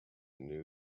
new